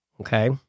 okay